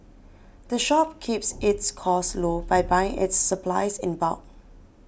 the shop keeps its costs low by buying its supplies in bulk